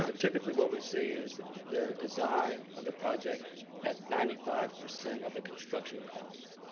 ah typically what we see is the design of the project at ninety five percent of the construction cost.